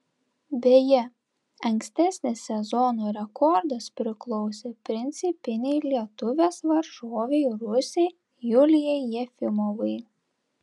beje ankstesnis sezono rekordas priklausė principinei lietuvės varžovei rusei julijai jefimovai